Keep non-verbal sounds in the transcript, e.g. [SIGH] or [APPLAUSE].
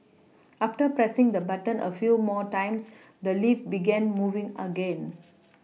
[NOISE] after pressing the button a few more times the lift began moving again